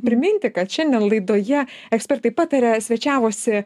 priminti kad šiandien laidoje ekspertai pataria svečiavosi